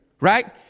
Right